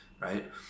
right